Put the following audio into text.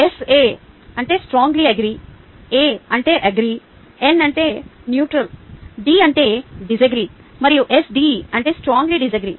SA అంటే strongly agree A అంటే agree N అంటే న్యూట్రల్ D అంటే డిస్అగ్రీ మరియు SD అంటే స్త్రొంగ్ల్య్ డిస్అగ్రీ